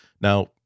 Now